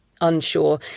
unsure